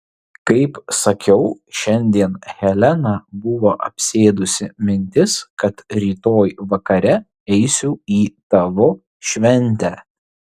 kaip sakiau šiandien heleną buvo apsėdusi mintis kad rytoj vakare eisiu į tavo šventę